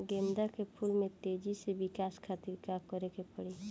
गेंदा के फूल में तेजी से विकास खातिर का करे के पड़ी?